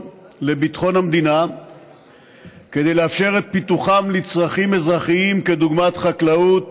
לביטחון המדינה כדי לאפשר את פיתוחם לצרכים אזרחיים דוגמת חקלאות,